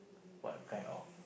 what kind of